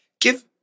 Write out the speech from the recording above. Give